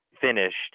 finished